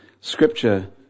Scripture